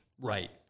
Right